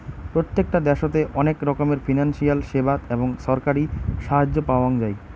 প্রত্যেকটা দ্যাশোতে অনেক রকমের ফিনান্সিয়াল সেবা এবং ছরকারি সাহায্য পাওয়াঙ যাই